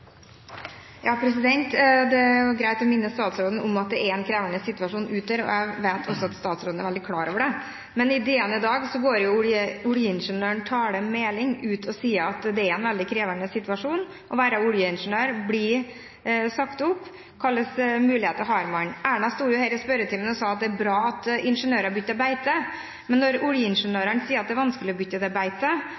Det er jo greit å minne statsråden om at det er en krevende situasjon der ute, og jeg vet også at statsråden er veldig klar over det. Men i DN i dag går oljeingeniøren Tale Meling ut og sier at det er en veldig krevende situasjon å være oljeingeniør, bli sagt opp – og hvilke muligheter har man? Erna sto her i spørretimen og sa at det er bra at ingeniører bytter beite, men når oljeingeniørene sier at det er vanskelig å bytte beite, tror jeg vi må ta det